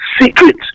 secret